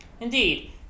Indeed